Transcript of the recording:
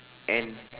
N